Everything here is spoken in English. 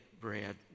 bread